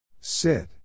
Sit